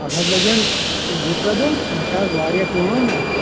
تتھ حظ لگٮ۪ن زٕ ترٛے دۄہ مےٚ چھِ اَز وارِیاہ کٲم نا